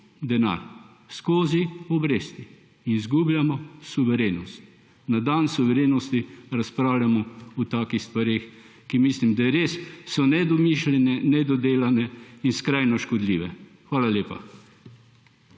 denar skozi obresti in izgubljamo suverenost. Na dan suverenosti razpravljamo o takih stvareh, o katerih mislim, da so res nedomišljene, nedodelane in skrajno škodljive. Hvala lepa.